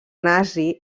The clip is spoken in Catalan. nazi